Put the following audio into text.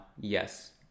yes